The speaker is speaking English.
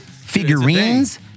figurines